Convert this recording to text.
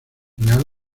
real